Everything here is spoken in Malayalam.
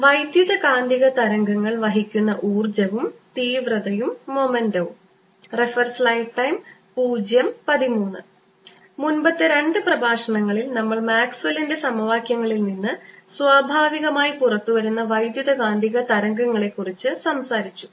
വൈദ്യുതകാന്തിക തരംഗങ്ങൾ വഹിക്കുന്ന ഊർജ്ജവും തീവ്രതയും മൊമെൻ്റവും മുൻപത്തെ രണ്ട് പ്രഭാഷണങ്ങളിൽ നമ്മൾ മാക്സ്വെല്ലിന്റെ സമവാക്യങ്ങളിൽ നിന്ന് സ്വാഭാവികമായി പുറത്തുവരുന്ന വൈദ്യുതകാന്തിക തരംഗങ്ങളെക്കുറിച്ച് സംസാരിച്ചു